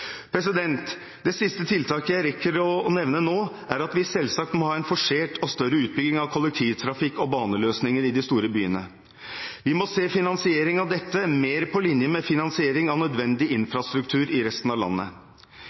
Det siste tiltaket jeg rekker å nevne nå, er at vi selvsagt må ha en forsert og større utbygging av kollektivtrafikk og baneløsninger i de store byene. Vi må se finansiering av dette mer på linje med finansiering av nødvendig infrastruktur i resten av landet.